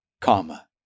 comma